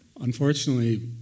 Unfortunately